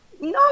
No